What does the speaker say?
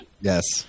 Yes